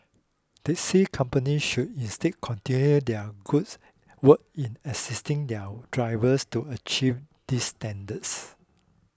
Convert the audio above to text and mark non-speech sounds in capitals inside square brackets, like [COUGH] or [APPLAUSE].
Taxi companies should instead continue their goods [HESITATION] work in assisting their drivers to achieve these standards